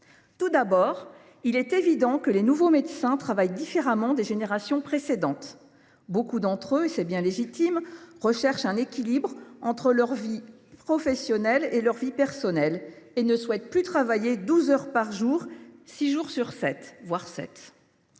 Tout d’abord, il est évident que les nouveaux médecins travaillent différemment par rapport à ceux des générations précédentes. Beaucoup d’entre eux, et c’est bien légitime, recherchent un équilibre entre leur vie professionnelle et leur vie personnelle et ne souhaitent plus travailler douze heures par jour six jours – voire